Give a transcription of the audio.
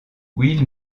will